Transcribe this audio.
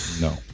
No